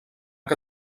que